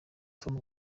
tom